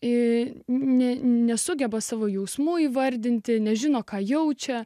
į nesugeba savo jausmų įvardinti nežino ką jaučia